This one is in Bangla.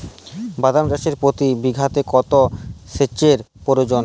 বাদাম চাষে প্রতি বিঘাতে কত সেচের প্রয়োজন?